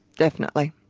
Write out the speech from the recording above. definitely.